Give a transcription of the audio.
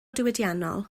diwydiannol